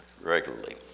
regularly